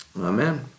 Amen